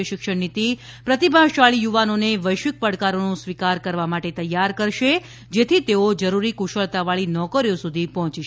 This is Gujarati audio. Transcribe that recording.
ય શિક્ષણ નીતી પ્રતિભાશાળી યુવાનોને વૈશ્વિક પડકારોનો સ્વીકાર કરવા માટે તૈયાર કરશે જેથી તેઓ જરૂરી ક્રશળતાવાળી નોકરીઓ સુધી પહોંચી શકે